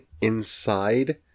inside